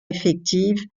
effective